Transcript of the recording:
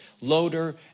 loader